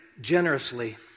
generously